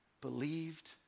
believed